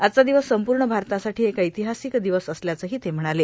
आजचा दिवस संपूर्ण भारतासाठी एक ऐतिहासिक दिवस असल्याचंही ते म्हणाले